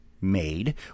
made